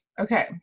Okay